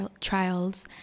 trials